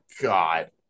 God